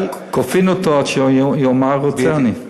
אבל, כופין אותו עד שיאמר רוצה אני.